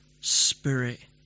spirit